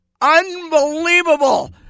Unbelievable